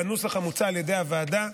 בנוסח המוצע על ידי הוועדה.